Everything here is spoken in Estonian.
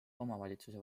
omavalitsuse